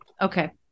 Okay